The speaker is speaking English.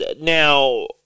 Now